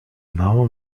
małą